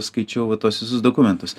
skaičiau va tuos visus dokumentus